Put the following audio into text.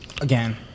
again